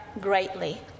greatly